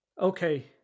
Okay